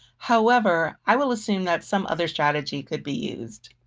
however, i will assume that some other strategy could be used.